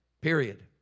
Period